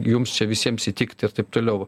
jums čia visiems įtikt ir taip toliau